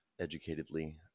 educatedly